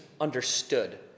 understood